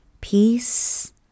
peace